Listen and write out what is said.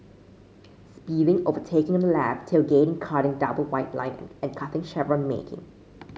speeding overtaking on the left tailgating cutting double white line and cutting chevron marking